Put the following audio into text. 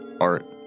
art